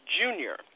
junior